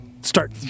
start